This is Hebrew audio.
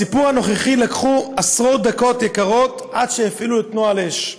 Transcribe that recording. בסיפור הנוכחי עברו עשרות דקות יקרות עד שהפעילו את נוהל אש,